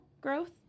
growth